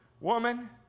Woman